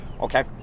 Okay